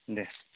दे